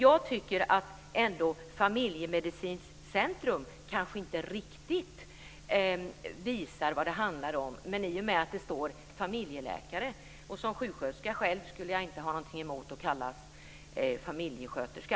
Begreppet familjemedicinskt centrum visar kanske inte riktigt vad det handlar om, men det står ju familjeläkare. Som sjuksköterska skulle jag själv inte ha någonting emot att kallas familjesköterska.